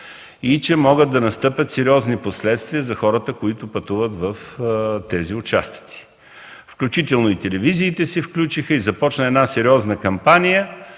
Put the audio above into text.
и че могат да настъпят сериозни последствия за хората, които пътуват в тези участъци. Включително телевизиите се включиха и започна една сериозна кампания.